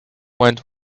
went